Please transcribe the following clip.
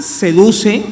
seduce